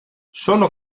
sono